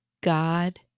God